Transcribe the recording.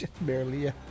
Barely